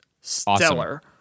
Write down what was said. stellar